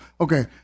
Okay